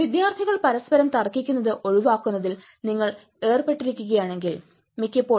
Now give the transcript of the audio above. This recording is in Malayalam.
വിദ്യാർത്ഥികൾ പരസ്പരം തർക്കിക്കുന്നത് ഒഴിവാക്കുന്നതിൽ നിങ്ങൾ ഏർപ്പെട്ടിരിക്കുകയാണെങ്കിൽ മിക്കപ്പോഴും